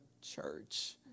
church